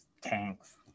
tanks